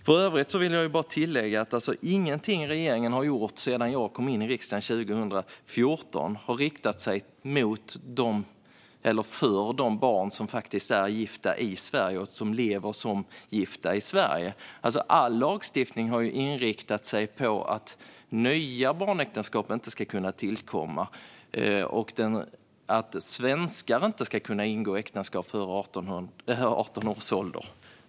För övrigt vill jag bara tillägga att ingenting regeringen har gjort sedan jag kom in i riksdagen 2014 har riktat sig till de barn som lever som gifta i Sverige. All lagstiftning har inriktat sig på att nya barnäktenskap inte ska kunna tillkomma och att svenskar inte ska kunna ingå äktenskap före 18 års ålder.